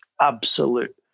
absolute